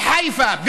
בחיפה,